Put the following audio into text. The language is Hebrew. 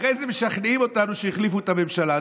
אחרי זה משכנעים אותנו שהחליפו את הממשלה.